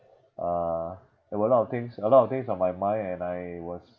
uh there were a lot of things a lot of things on my mind and I was